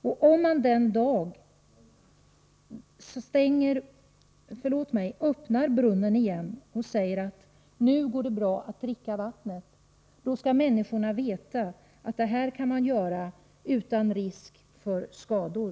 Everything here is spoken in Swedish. Om man en dag öppnar brunnen igen och säger att nu går det bra att dricka vattnet, skall människorna veta att man kan göra detta utan risk för skador.